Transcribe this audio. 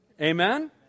Amen